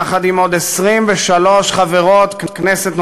יחד עם עוד 23 חברות כנסת,